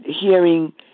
hearing